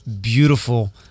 beautiful